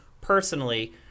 personally